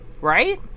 right